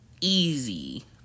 easy